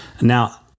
now